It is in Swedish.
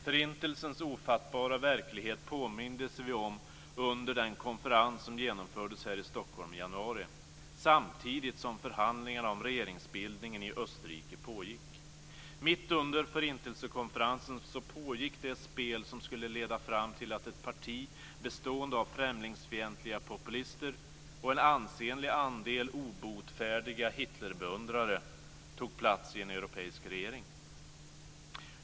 Förintelsens ofattbara verklighet påmindes vi om under den konferens som genomfördes här i Stockholm i januari, samtidigt som förhandlingarna om regeringsbildningen i Österrike pågick. Mitt under Förintelsekonferensen pågick det spel som skulle leda fram till att ett parti bestående av främlingsfientliga populister och en ansenlig andel obotfärdiga Hitlerbeundrare tog plats i en europeisk regering.